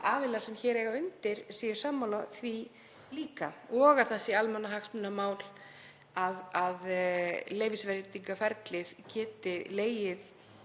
aðilar sem hér eiga undir séu sammála því líka og að það sé almannahagsmunamál að leyfisveitingaferlið geti gengið